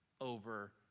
over